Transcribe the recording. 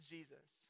Jesus